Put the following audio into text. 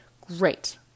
Great